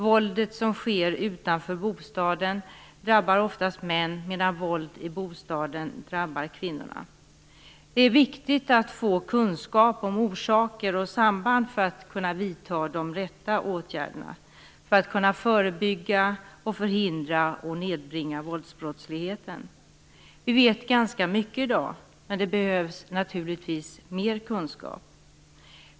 Våld som sker utanför bostaden drabbar oftast män, medan våld som sker i bostaden drabbar kvinnor. Det är viktigt att få kunskap om orsaker och samband för att kunna vidta de rätta åtgärderna och för att kunna förebygga, förhindra och nedbringa våldsbrottsligheten. I dag vet vi ganska mycket, men det behövs naturligtvis mera kunskap.